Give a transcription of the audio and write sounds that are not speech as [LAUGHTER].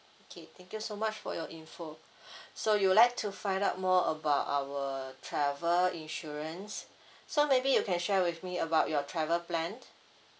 okay thank you so much for your information [BREATH] so you would like to find out more about our travel insurance [BREATH] so maybe you can share with me about your travel plan